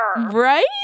Right